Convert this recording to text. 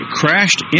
crashed